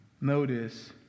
Notice